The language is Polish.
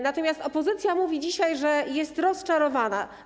Natomiast opozycja mówi dzisiaj, że jest rozczarowana.